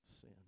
sin